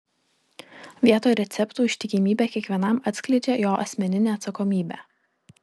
vietoj receptų ištikimybė kiekvienam atskleidžia jo asmeninę atsakomybę